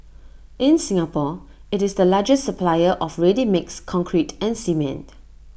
in Singapore IT is the largest supplier of ready mixed concrete and cement